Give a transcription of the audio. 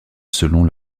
selon